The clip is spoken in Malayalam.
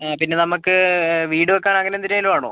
ആ പിന്നെ നമുക്ക് വീട് വെക്കാൻ അങ്ങനെ എന്തിനേലും ആണോ